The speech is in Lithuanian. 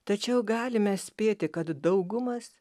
tačiau galime spėti kad daugumas